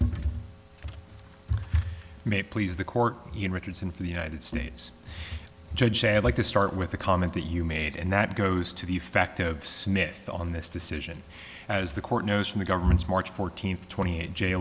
honor may please the court in richardson for the united states judge i have like to start with the comment that you made and that goes to the effective smith on this decision as the court knows from the government's march fourteenth twenty